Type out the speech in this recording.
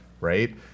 right